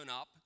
up